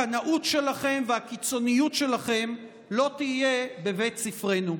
הקנאות שלכם והקיצוניות שלכם לא יהיו בבית ספרנו.